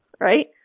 right